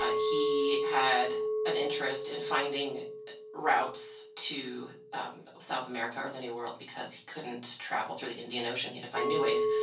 ah he had an interest in finding routes to south america or the new world because he couldn't travel through the indian ocean. he had to find new ways.